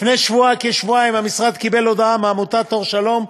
לפני כשבועיים המשרד קיבל הודעה מעמותת "אור שלום",